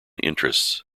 interests